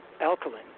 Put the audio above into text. alkaline